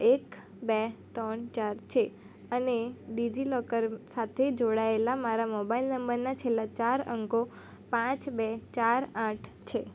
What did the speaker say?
એક બે ત્રણ ચાર છે અને ડિજિલોકર સાથે જોડાયેલા મારા મોબાઇલ નંબરના છેલ્લા ચાર અંકો પાંચ બે ચાર આઠ છે